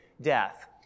death